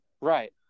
Right